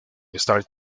star